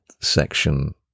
section